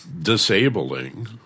disabling